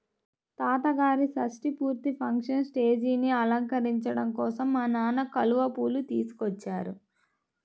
తాతగారి షష్టి పూర్తి ఫంక్షన్ స్టేజీని అలంకరించడం కోసం మా నాన్న కలువ పూలు తీసుకొచ్చారు